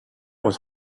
was